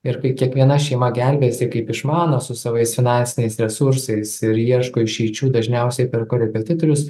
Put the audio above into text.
ir kaip kiekviena šeima gelbėjasi kaip išmano su savais finansiniais resursais ir ieško išeičių dažniausiai per korepetitorius